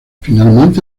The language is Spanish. finalmente